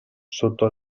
sotto